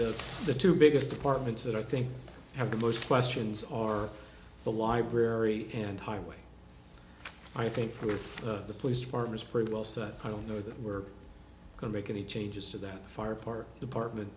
the two biggest departments that i think have the most questions are the library and highway i think through the police department pretty well so i don't know that we're going to make any changes to that far apart department